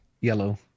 Yellow